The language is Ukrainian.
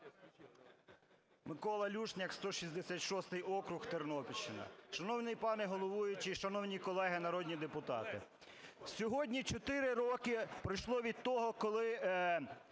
Микола Люшняк, 166 округ, Тернопільщина. Шановний пане головуючий і шановні колеги народні депутати, сьогодні чотири роки пройшло від того, коли